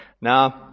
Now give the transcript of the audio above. now